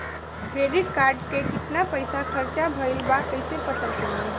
Credit card के कितना पइसा खर्चा भईल बा कैसे पता चली?